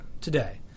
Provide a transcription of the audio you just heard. today